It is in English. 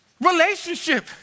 Relationship